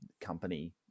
company